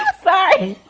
ah five